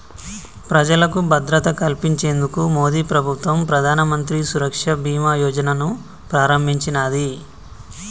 ప్రజలకు భద్రత కల్పించేందుకు మోదీప్రభుత్వం ప్రధానమంత్రి సురక్ష బీమా యోజనను ప్రారంభించినాది